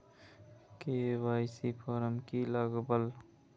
KYC format की लगावल?